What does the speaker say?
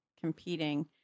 competing